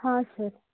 ಹಾಂ ಸರ್